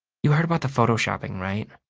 you heard about the photoshopping, right?